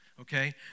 okay